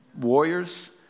warriors